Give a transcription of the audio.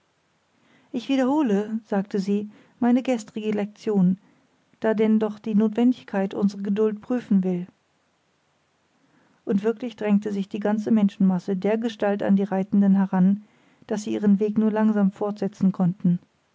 ich wiederhole sagte sie meine gestrige lektion da denn doch die notwendigkeit unsere geduld prüfen will und wirklich drängte sich die ganze menschenmasse dergestalt an die reitenden heran daß sie ihren weg nur langsam fortsetzen konnten